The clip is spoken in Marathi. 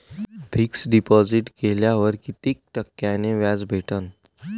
फिक्स डिपॉझिट केल्यावर कितीक टक्क्यान व्याज भेटते?